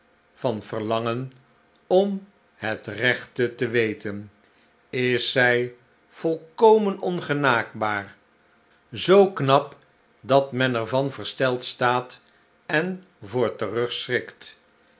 van verlangen om het rechte te weten is zij volkomen ongenaakbaar zoo knap dat men er van versteld staat en voor